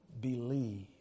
believe